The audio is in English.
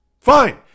Fine